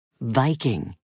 Viking